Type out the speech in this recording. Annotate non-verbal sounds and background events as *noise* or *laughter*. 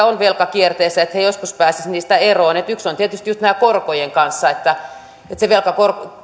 *unintelligible* ovat velkakierteessä että he joskus pääsisivät siitä eroon yksi on tietysti just näiden korkojen kanssa se velka